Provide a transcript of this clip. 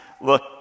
Look